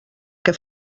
que